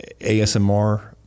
ASMR